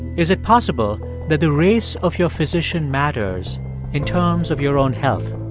is it possible that the race of your physician matters in terms of your own health?